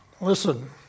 Listen